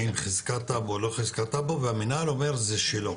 עם חזקת טאבו או לא חזקת טאבו והמנהל אומר שזה שלו,